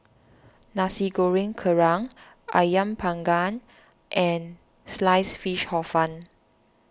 Nasi Goreng Kerang Ayam Panggang and Sliced Fish Hor Fun